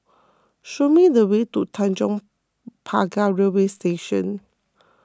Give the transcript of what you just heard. show me the way to Tanjong Pagar Railway Station